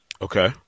Okay